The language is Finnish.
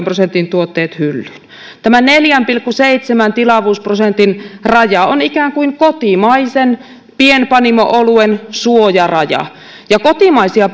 prosentin tuotteet hyllyyn tämä neljän pilkku seitsemän tilavuusprosentin raja on ikään kuin kotimaisen pienpanimo oluen suojaraja ja kotimaisia